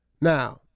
now